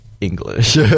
English